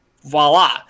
Voila